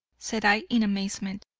said i, in amazement,